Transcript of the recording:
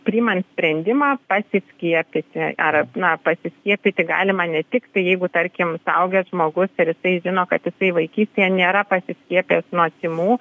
priimant sprendimą pasiskiepyti ar na pasiskiepyti galima ne tik jeigu tarkim suaugęs žmogus ir jisai žino kad jisai vaikystėje nėra pasiskiepijęs nuo tymų